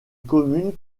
commune